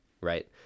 Right